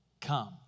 come